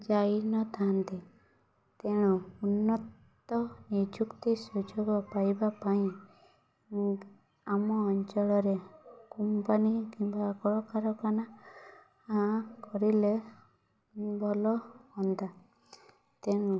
ଯାଇନଥାନ୍ତେ ତେଣୁ ଉନ୍ନତ ନିଯୁକ୍ତି ସୁଯୋଗ ପାଇବା ପାଇଁ ଆମ ଅଞ୍ଚଳରେ କମ୍ପାନୀ କିମ୍ବା କଳକାରଖାନା କରିଲେ ଭଲ ହୁଅନ୍ତା ତେଣୁ